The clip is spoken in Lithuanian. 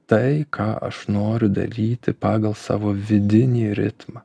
tai ką aš noriu daryti pagal savo vidinį ritmą